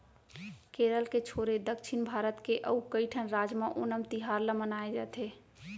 केरल के छोरे दक्छिन भारत के अउ कइठन राज म ओनम तिहार ल मनाए जाथे